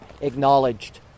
acknowledged